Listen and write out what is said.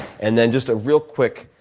and then just a real quick,